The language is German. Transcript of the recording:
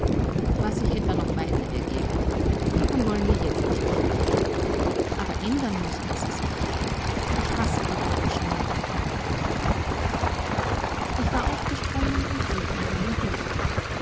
was sich etwa noch weiter ergäbe davon wollen wir jetzt nicht reden aber ändern müßten sie sich ich hasse die weibischen männer ich war aufgesprungen und griff nach meinem hute